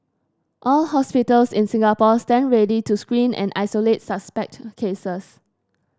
all hospitals in Singapore stand ready to screen and isolate suspect cases